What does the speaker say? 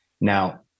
Now